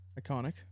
iconic